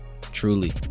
Truly